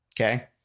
okay